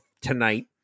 tonight